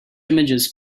images